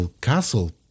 Castle